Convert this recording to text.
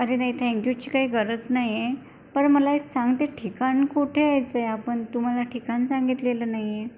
अरे नाही थँक्यूची काही गरज नाही आहे बरं मला एक सांग ते ठिकाण कुठे यायचं आहे आपण तू मला ठिकाण सांगितलेलं नाही आहे